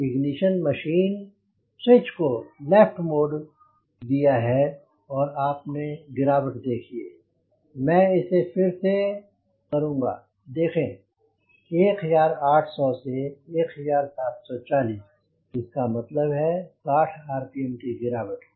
अब ignition machine switch को left मोड दिया और आपने गिरावट देखिए मैं इसे फिर से करूँगा देखें 1800 से 1740 इसका मतलब है 60 आरपीएम की गिरावट